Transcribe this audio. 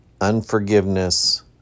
unforgiveness